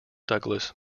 douglas